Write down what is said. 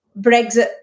Brexit